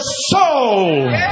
soul